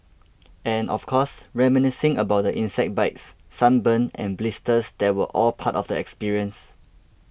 and of course reminiscing about the insect bites sunburn and blisters that were all part of the experience